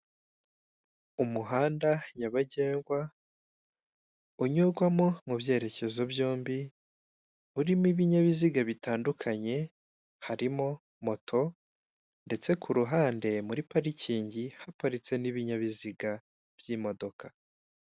Umuhanda nyabagendwa, unyurwamo mu byerekezo byombi, urimo ibinyabiziga bitandukanye, harimo moto, ndetse ku ruhande muri parikingi haparitse n'ibinyabiziga by'imodoka.